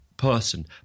person